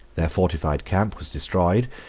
their fortified camp was destroyed,